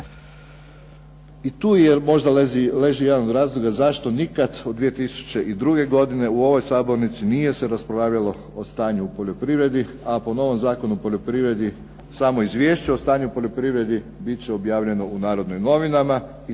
I tu možda leži jedan od razloga zašto nikada od 2002. godine u ovoj sabornici nije se raspravljalo o stanju u poljoprivredi, a po novom Zakonu o poljoprivredi samo Izvješće o stanju u poljoprivredi bit će objavljeno u Narodnim novinama